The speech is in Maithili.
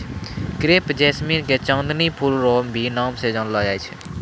क्रेप जैस्मीन के चांदनी फूल रो भी नाम से जानलो जाय छै